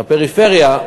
בפריפריה,